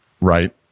right